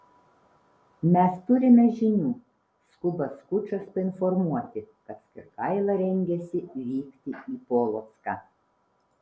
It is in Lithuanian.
mes turime žinių skuba skučas painformuoti kad skirgaila rengiasi vykti į polocką